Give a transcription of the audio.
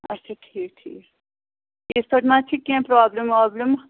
اَچھا ٹھیٖک ٹھیٖک یِتھٕ پٲٹھۍ ما چھِ کیٚنٛہہ پرٛابلِم وابلِم